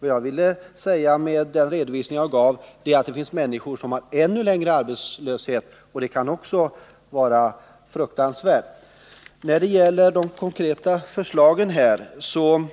Vad jag ville säga, med den redovisning jag gav, var att det finns människor som har ännu längre arbetslöshet och att det också kan vara fruktansvärt. När det gäller de konkreta förslag som